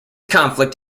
conflict